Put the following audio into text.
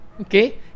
okay